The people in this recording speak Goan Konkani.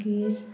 मागीर